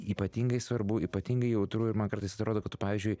ypatingai svarbu ypatingai jautru ir man kartais atrodo kad pavyzdžiui